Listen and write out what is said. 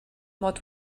mod